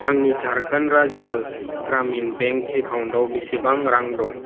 आंनि झारखन्ड राज्य ग्रामिन बेंक एकाउन्टाव बेसेबां रां दं